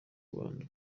rwanda